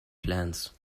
plans